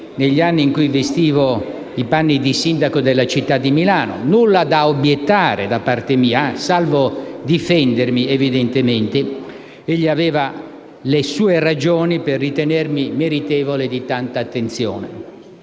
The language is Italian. negli anni in cui io vestivo i panni di sindaco della città di Milano. Nulla da obiettare da parte mia, salvo difendermi; evidentemente, egli aveva le sue ragioni per ritenermi meritevole di tanta attenzione.